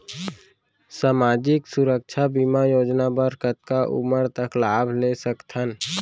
सामाजिक सुरक्षा बीमा योजना बर कतका उमर तक लाभ ले सकथन?